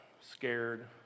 scared